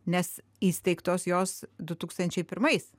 nes įsteigtos jos du tūkstančiai pirmais